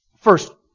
First